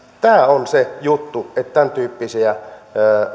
tämä on se juttu että tämäntyyppisiä